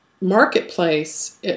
marketplace